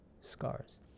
scars